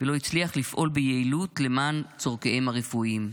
ולא הצליח לפעול ביעילות למען צורכיהם הרפואיים.